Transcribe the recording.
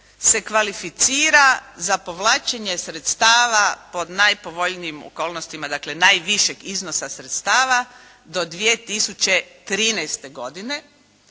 se kvalificira za povlačenje sredstava pod najpovoljnijim okolnostima, dakle najvišeg iznosa sredstava do 2013. godine